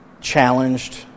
challenged